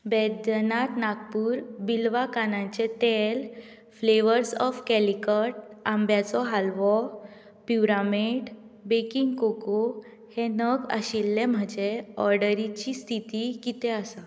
बैद्यनाथ नागपूर बिलवा कानांचें तेल फ्लेवर्स ऑफ कॅलिकट आंब्याचो हालवो प्युरामेंट बेकिंग कोको हें नग आशिल्लें म्हजें ऑर्डरीची स्थिती कितें आसा